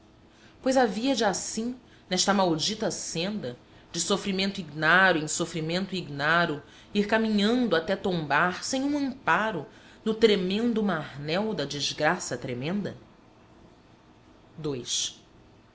outrora pois havia de assim nesta maldita senda de sofrimento ignaro em sofrimento ignaro ir caminhando até tombar sem um amparo no tremendo marnel da desgraça tremenda